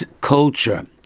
culture